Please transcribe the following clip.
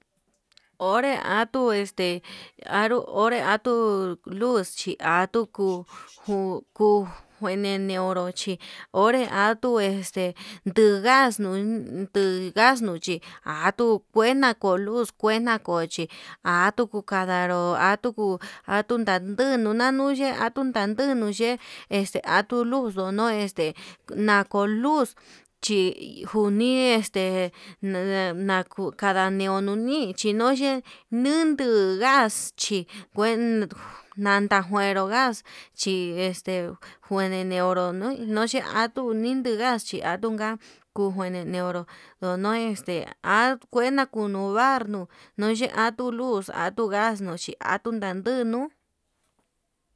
Onre atuu este onré atuu nduu luz chí atuu kuu, nju nguene niuru chí ore atuu este ndu gas ndu ngaxnuu chí atu kuena ko luz kuena ko chí, atuu kukandaru atuku atuu nadudna nanuye andu nanduu nuye este atuu luz ndono este, nakuu luz njuni este nende kada ñiunuu ni chí nonyee nundu gas chí kuen nandajuero gas chí este njune niuru nui nonchi atuu nindu gas chi atunga kuu njune niuru nduno este akuena ndunu barnuu nuuyi atu luez atu gas chí atuu nandunu.